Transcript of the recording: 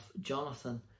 Jonathan